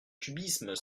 cubisme